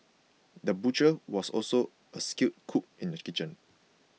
the butcher was also a skilled cook in the kitchen